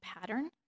pattern